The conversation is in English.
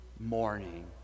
morning